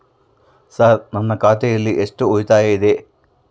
Sir ನನ್ನ ಖಾತೆಯಲ್ಲಿ ಎಷ್ಟು ಉಳಿತಾಯ ಇದೆ?